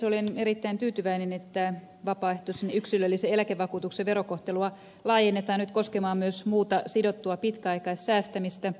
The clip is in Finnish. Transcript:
olen erittäin tyytyväinen että vapaaehtoisen yksilöllisen eläkevakuutuksen verokohtelua laajennetaan nyt koskemaan myös muuta sidottua pitkäaikaissäästämistä